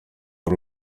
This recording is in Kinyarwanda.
rwo